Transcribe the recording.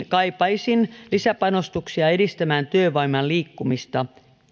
kaipaisin lisäpanostuksia edistämään työvoiman liikkumista